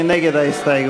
מי נגד הסתייגות?